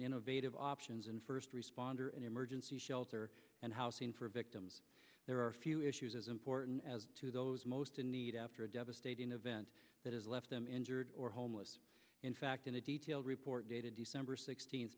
innovative options and first responder an emergency shelter and how soon for victims there are a few issues as important as to those most in need after a devastating event that has left them injured or homeless in fact in a detailed report dated december sixteenth